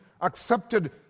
accepted